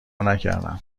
نکردم